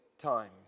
time